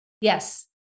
Yes